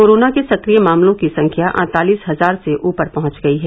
corona के सक्रिय मामलों की संख्या अड़तालीस हजार से ऊपर पहुंच गई है